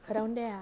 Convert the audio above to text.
around there ah